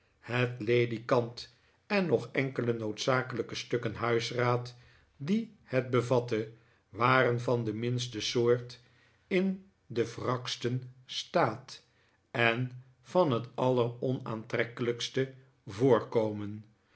het ledikant en nog enkele noodzakelijke stukken huisraad die het bevatte waren van de minste soort in den wraksten staat en van h'et alleronaantrekkelijkste voorkomen